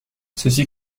ceci